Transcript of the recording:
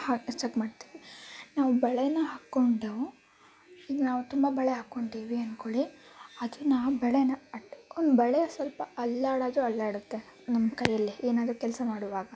ಹ ಚೆಕ್ ಮಾಡ್ತೀವಿ ನಾವು ಬಳೆನ ಹಾಕಿಕೊಂಡು ಈಗ ನಾವು ತುಂಬ ಬಳೆ ಹಾಕೊಂತೀವಿ ಅನ್ಕೊಳ್ಳಿ ಅದನ್ನ ಆ ಬಳೆನ ಅಟ್ ಒಂದು ಬಳೆ ಸ್ವಲ್ಪ ಅಲ್ಲಾಡೋದು ಅಲ್ಲಾಡುತ್ತೆ ನಮ್ಮ ಕೈಯಲ್ಲಿ ಏನಾದ್ರೂ ಕೆಲಸ ಮಾಡುವಾಗ